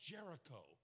Jericho